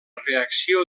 reacció